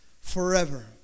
forever